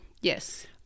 Yes